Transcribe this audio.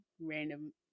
random